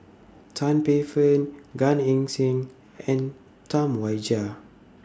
Tan Paey Fern Gan Eng Seng and Tam Wai Jia